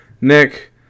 Nick